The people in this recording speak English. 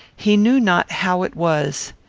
he knew not how it was.